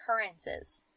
occurrences